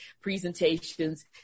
presentations